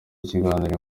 ikiganiro